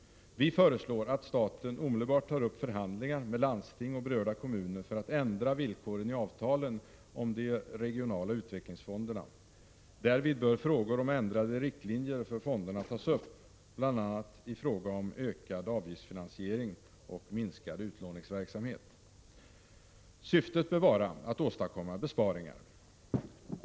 Vi föreslår att staten omedelbart tar upp förhandlingar med landsting och berörda kommuner för att ändra villkoren i avtalen om de regionala utvecklingsfonderna. Därvid bör frågor om ändrade riktlinjer för fonderna tas upp, bl.a. beträffande ökad avgiftsfinansiering och minskad utlåningsverksamhet. Syftet bör vara att åstadkomma besparingar.